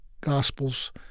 gospels